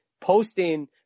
Posting